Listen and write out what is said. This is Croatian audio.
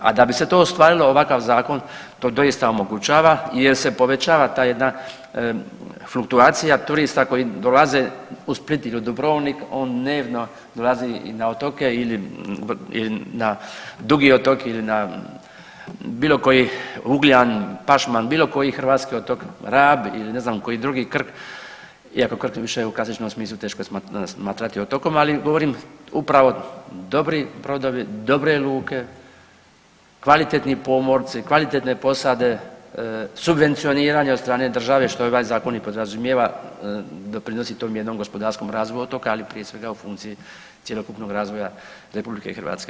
A da bi se to ostvarilo ovakav zakon to doista omogućava jer se povećava ta jedna fluktuacija turista koji dolaze u Split ili Dubrovnik, on dnevno dolazi i na otoke ili na Dugi otok ili na bilo koji Ugljan, Pašman, bilo koji hrvatski otok Rab ili ne znam koji drugi Krk iako Krk više u klasičnom smislu teško smatrati otokom, ali govorim upravo dobri brodovi, dobre luke, kvalitetni pomorci, kvalitetne posade, subvencioniranje od strane države što ovaj zakon i podrazumijeva doprinosi tom jednom gospodarskom razvoju otoka, ali prije svega u funkciji cjelokupnog razvoja RH.